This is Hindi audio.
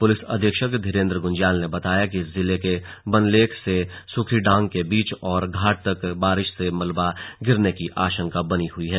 पुलिस अधीक्षक धीरेन्द्र गुंज्याल ने बताया कि जिले के बनलेख से सुखिढांग के बीच और घाट तक बारिश से मलबा गिरने की आशंका बनी हई है